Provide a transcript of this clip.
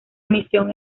misión